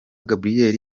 gabriel